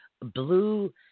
Blue